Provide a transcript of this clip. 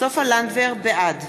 בעד